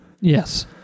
Yes